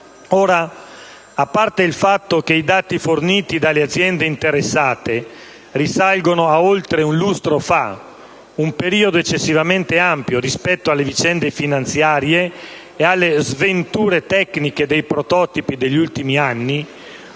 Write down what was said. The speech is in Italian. Ora, a parte il fatto che i dati forniti dalle aziende interessate risalgono ad oltre un lustro fa (un periodo eccessivamente ampio rispetto alle vicende finanziarie e alle sventure tecniche dei prototipi degli ultimi anni),